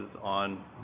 on